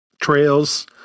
trails